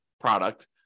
product